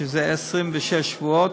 שזה 26 שבועות,